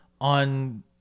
on